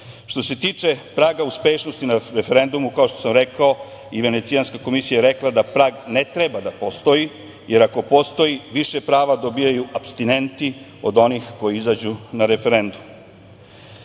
se tiče praga uspešnosti na referendumu, kao što sam rekao, i Venecijanska komisija je rekla da prag ne treba da postoji, jer ako postoji više prava dobijaju apstinenti od onih koji izađu na referendum. Mi